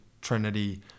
Trinity